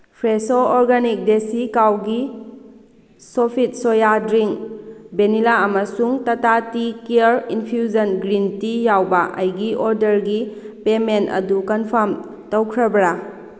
Fresho organic desi cow ghee Sofit soya drink vanilla ꯑꯃꯁꯨꯡ Tata tea ꯀꯤꯌꯔ infusion green tea ꯌꯥꯎꯕ ꯑꯩꯒꯤ ꯑꯣꯔꯗꯔꯒꯤ ꯄꯦꯃꯦꯟ ꯑꯗꯨ ꯀꯟꯐꯥꯝ ꯇꯧꯈ꯭ꯔꯕꯔꯥ